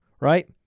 Right